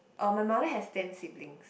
um my mother has ten siblings